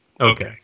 Okay